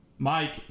Mike